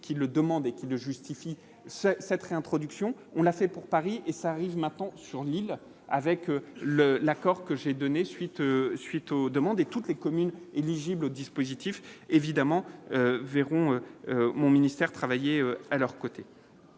qui le demandent et qui ne justifie, c'est cette réintroduction, on a fait pour Paris, et ça arrive maintenant sur l'île avec le l'accord que j'ai donné suite suite aux demandes et toutes les communes éligibles au dispositif évidemment verront mon ministère travailler à leurs côtés.